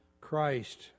Christ